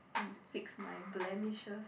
and to fix my blemishes